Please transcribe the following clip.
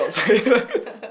dots